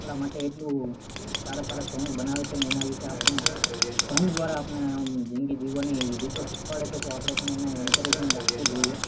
આપણા માટે એટલું સારા સારા સોંગ બનાવે છે ને એના વિશે આપને સોંગ દ્વારા આપને એમ જિંદગી જીવવાની રીતો શિખવાડે છે તો આપણે પણ એને ઇંકરેજમેન્ટ આપવું જોઈએ